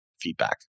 feedback